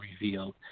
revealed